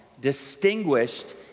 distinguished